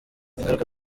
ingaruka